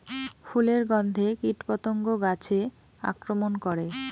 ফুলের গণ্ধে কীটপতঙ্গ গাছে আক্রমণ করে?